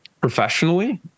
Professionally